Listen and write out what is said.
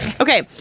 Okay